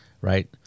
right